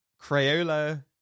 crayola